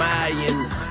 Mayans